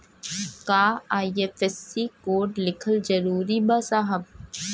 का IFSC code लिखल जरूरी बा साहब?